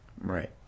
Right